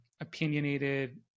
opinionated